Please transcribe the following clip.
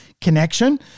connection